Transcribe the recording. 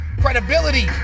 credibility